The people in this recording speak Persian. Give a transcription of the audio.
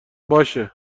باشه